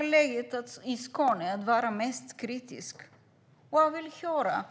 Läget i Skåne kommer att vara mest kritiskt, och jag vill gärna höra